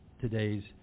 today's